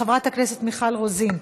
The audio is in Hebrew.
חברת הכנסת מיכל רוזין,